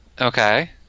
Okay